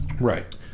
Right